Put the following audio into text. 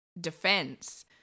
defense